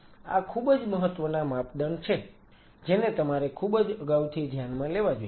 આ ખુબજ મહત્વના માપદંડ છે જેને તમારે ખુબજ અગાઉથી ધ્યાનમાં લેવા જોઈએ